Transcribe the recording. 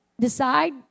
decide